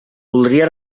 voldria